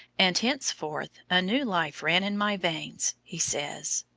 and henceforth a new life ran in my veins, he says.